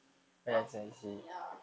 or ya